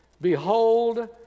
Behold